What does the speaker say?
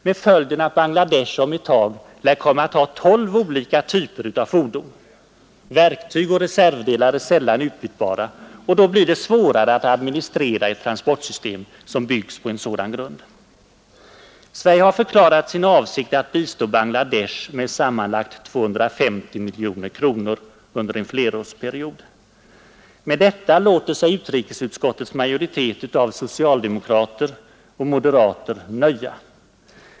Bangladesh lär om en tid komma att ha tolv olika typer av fordon. Verktyg och reservdelar är sällan utbytbara, och då blir det svårare att administrera transportsystemet. Sverige har tillkännagivit sin avsikt att bistå Bangladesh med sammanlagt 250 miljoner kronor under en flerårsperiod. Med detta låter sig utrikesutskottets majoritet av socialdemokrater och moderater nöja.